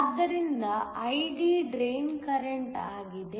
ಆದ್ದರಿಂದ ID drain current ಆಗಿದೆ